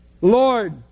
Lord